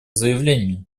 заявление